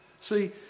See